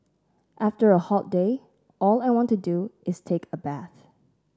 after a hot day all I want to do is take a bath